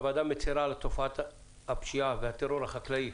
הוועדה מצרה על תופעת הפשיעה והטרור החקלאי